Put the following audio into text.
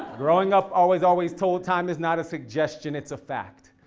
growing up, always, always told time is not a suggestion, it's a fact.